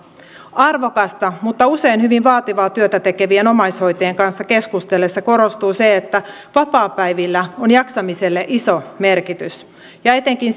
arvokasta mutta usein hyvin vaativaa työtä tekevien omaishoitajien kanssa keskustellessa korostuu se että vapaapäivillä on jaksamiselle iso merkitys ja etenkin